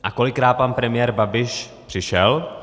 A kolikrát pan premiér Babiš přišel?